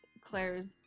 Claire's